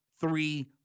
three